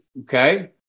Okay